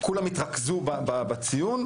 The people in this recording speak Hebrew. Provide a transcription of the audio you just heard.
כולם התרכזו בציון,